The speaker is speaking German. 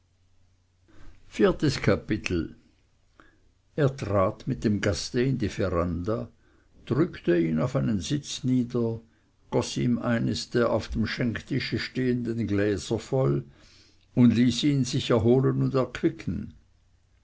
viertes kapitel er trat mit dem gaste in die veranda drückte ihn auf einen sitz nieder goß ihm eines der auf dem schenktische stehenden gläser voll und ließ ihn sich erholen und erquicken